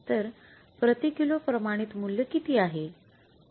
तर प्रती किलो प्रमाणित मूल्य किती आहे